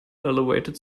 elevated